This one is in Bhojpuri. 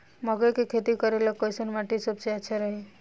मकई के खेती करेला कैसन माटी सबसे अच्छा रही?